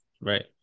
right